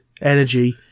energy